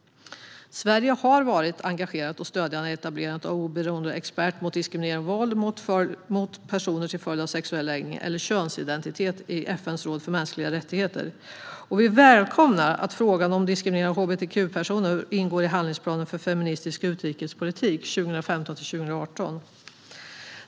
Sverige har varit engagerat och stödjande i etablerandet av en oberoende expert mot diskriminering och våld mot personer till följd av sexuell läggning eller könsidentitet i FN:s råd för mänskliga rättigheter. Vi välkomnar att frågan om diskriminering av hbtq-personer ingår i handlingsplanen för feministisk utrikespolitik 2015-2018.